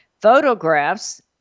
photographs